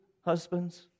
husbands